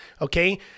Okay